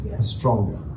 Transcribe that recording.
stronger